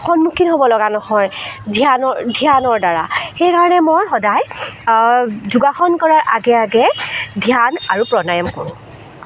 সন্মূখীন হ'বলগা নহয় ধ্যানৰদ্বাৰা সেইকাৰণে মই সদায় যোগাসন কৰাৰ আগে আগে ধ্যান আৰু প্ৰাণায়াম কৰোঁ